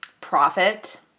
profit